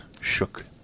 shook